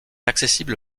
accessible